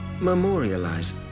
memorialize